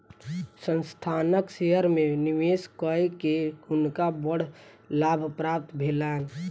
संस्थानक शेयर में निवेश कय के हुनका बड़ लाभ प्राप्त भेलैन